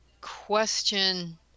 question